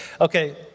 Okay